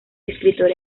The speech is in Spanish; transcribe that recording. escritor